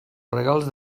regals